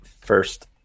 First